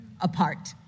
apart